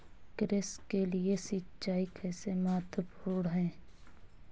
कृषि के लिए सिंचाई कैसे महत्वपूर्ण है?